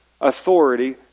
authority